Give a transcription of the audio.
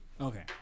Okay